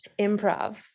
Improv